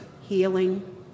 healing